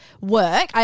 work